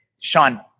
Sean